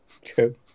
True